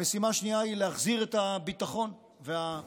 המשימה השנייה היא להחזיר את הביטחון והמשילות.